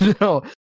No